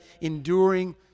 enduring